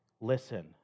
listen